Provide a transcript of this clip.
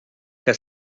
que